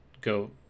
go